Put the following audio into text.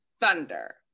thunder